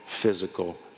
physical